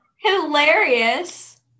Hilarious